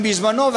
אז,